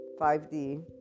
5d